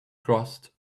crossed